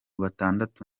batandatu